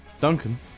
Duncan